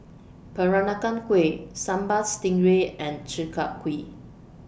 Peranakan Kueh Sambal Stingray and Chi Kak Kuih